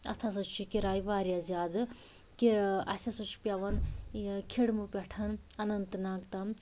اتھ ہَسا چھِ کِراے وارِیاہ زیادٕ کہِ اسہِ ہَسا چھِ پیٚوان یہِ کھِڈمہٕ پٮ۪ٹھ اننت ناگ تام